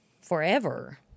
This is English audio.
forever